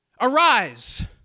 Arise